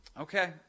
Okay